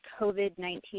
COVID-19